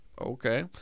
Okay